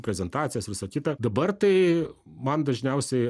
prezentacijas visa kita dabar tai man dažniausiai